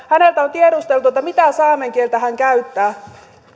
häneltä on tiedusteltu mitä saamen kieltä hän käyttää te